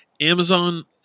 Amazon